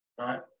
right